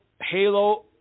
halo